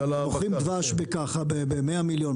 מוכרים דבש ב-100 מיליון,